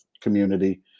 community